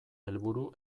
helburu